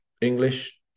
english